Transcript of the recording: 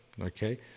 okay